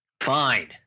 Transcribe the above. Fine